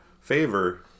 favor